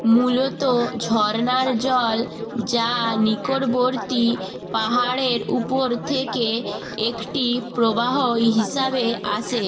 মূলত ঝরনার জল যা নিকটবর্তী পাহাড়ের উপর থেকে একটি প্রবাহ ই হিসাবে আসে